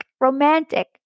romantic